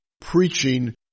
preaching